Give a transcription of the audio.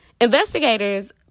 Investigators